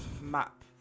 map